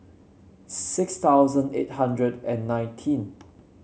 six thousand eight hundred and nineteen